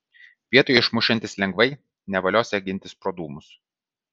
vietoj išmušiantis lengvai nevaliosią gintis pro dūmus